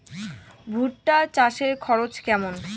ভুট্টা চাষে খরচ কেমন?